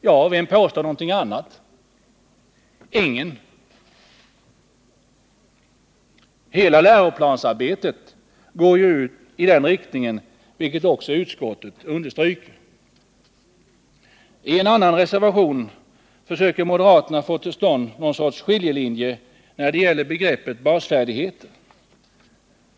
Ja, vem påstår något annat? Ingen. Hela läroplansarbetet går ju i den riktningen, vilket också utskottet understryker. I en annan reservation försöker moderaterna få till stånd någon sorts skiljelinje när det gäller begreppet basfärdigheter.